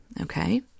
Okay